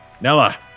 Nella